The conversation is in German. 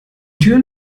türen